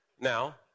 Now